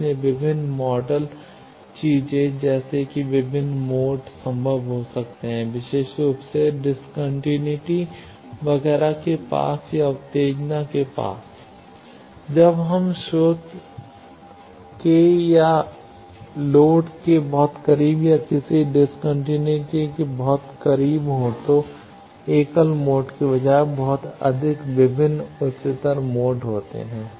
इसलिए विभिन्न मॉडल चीजें जैसे कि विभिन्न मोड संभव हो सकते हैं विशेष रूप से डिसकंटीनिटी वगैरह के पास या उत्तेजना के पास जब हम स्रोत के या लोड के बहुत करीब या किसी डिसकंटीनिटी के बहुत करीब हो तो एकल मोड के बजाय बहुत अधिक विभिन्न उच्चतर मोड होते हैं